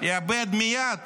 יאבד מייד